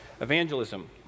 evangelism